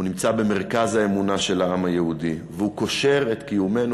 הוא נמצא במרכז האמונה של העם היהודי והוא קושר את קיומנו,